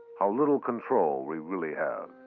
how little control we really have.